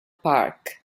park